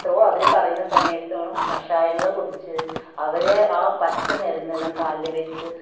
എത്രയോ അവർ പറയുന്ന സമയത്താണ് കഷായങ്ങൾ കുടിച്ച് അവർ ആ പച്ചമരുന്നെല്ലാം കാലിൽ വെച്ച്